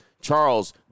Charles